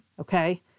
okay